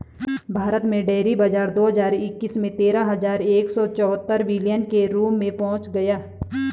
भारत में डेयरी बाजार दो हज़ार इक्कीस में तेरह हज़ार एक सौ चौहत्तर बिलियन के मूल्य पर पहुंच गया